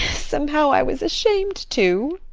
somehow, i was ashamed to.